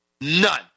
None